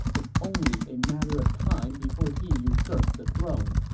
it's only a matter of time before he usurps the throne.